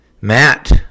Matt